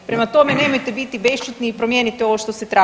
Prema tome, nemojte biti bešćutni i promijenite ovo što se traži.